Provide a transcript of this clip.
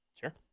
Sure